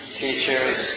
teachers